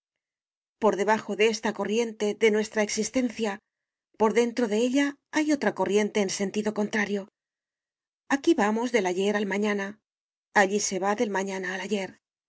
por debajo de esta corriente de nuestra existencia por dentro de ella hay otra corriente en sentido contrario aquí vamos del ayer al mañana allí se va del mañana